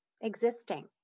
existing